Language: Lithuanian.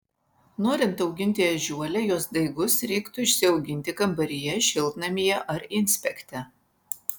norint auginti ežiuolę jos daigus reiktų išsiauginti kambaryje šiltnamyje ar inspekte